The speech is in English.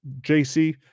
JC